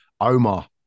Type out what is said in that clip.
Omar